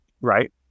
right